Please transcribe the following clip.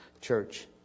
church